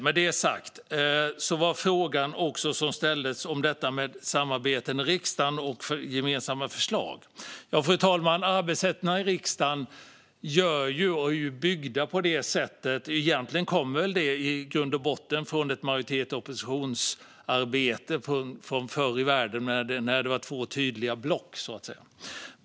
Med det sagt ställdes det också en fråga om samarbetet i riksdagen och om gemensamma förslag, fru talman. Arbetssätten i riksdagen bygger väl i grund och botten på ett majoritets och oppositionsarbete från förr i världen, då det var två tydliga block.